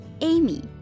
Amy